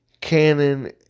canon